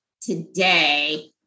today